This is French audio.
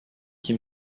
qui